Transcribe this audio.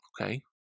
Okay